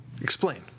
Explain